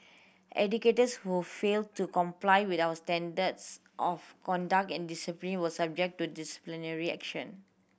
educators who fail to comply with our standards of conduct and discipline will subjected to disciplinary action